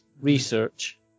research